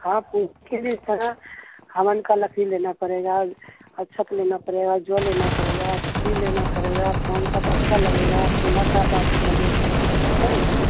हाँ हवन का लकड़ी लेना पड़ेगा अच्छत लेना पड़ेगा जौ लेना पड़ेगा तिल लेना पड़ेगा पान का पत्ता लगेगा केला का पात लगेगा समझे